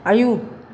आयौ